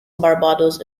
barbados